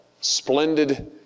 splendid